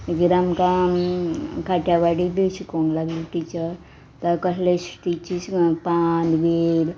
मागीर आमकां खाट्यावाडी बी शिकोंक लागली टिचर कसले स्टिची पान व्हिर